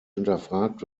hinterfragt